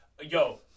Yo